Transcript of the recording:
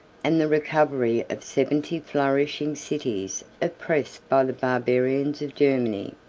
and the recovery of seventy flourishing cities oppressed by the barbarians of germany,